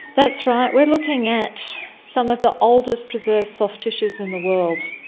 that's right, we're looking at some of the oldest preserved soft tissues in the world,